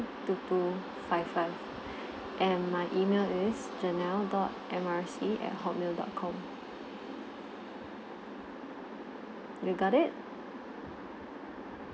two two five five and my email is janelle dot M R C at Hotmail dot com you got it